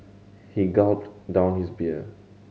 he gulped down his beer